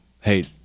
Hey